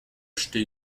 acheté